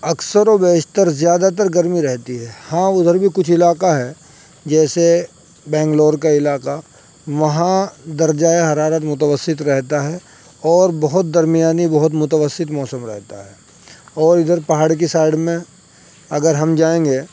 اکثر و بیشتر زیادہ تر گرمی رہتی ہے ہاں ادھر بھی کچھ علاقہ ہے جیسے بینگلور کا علاقہ وہاں درجۂ حرارت متوسط رہتا ہے اور بہت درمیانی بہت متوسط موسم رہتا ہے اور ادھر پہاڑ کی سائڈ میں اگر ہم جائیں گے